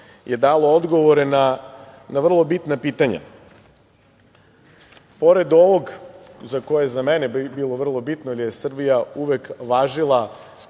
je odgovore na vrlo bitna pitanja. Pored ovoga, što je za mene bilo vrlo bitno, jer je Srbija uvek važila,